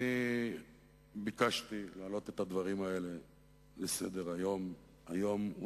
אני ביקשתי להעלות את הדברים האלה לסדר-היום היום.